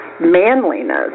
manliness